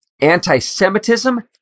Anti-Semitism